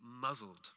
muzzled